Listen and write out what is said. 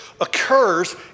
occurs